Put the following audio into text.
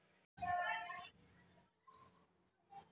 स्ट्रिप्टील बेडमध्ये रासायनिक द्रावणाचा वापर सोपा आहे